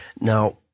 Now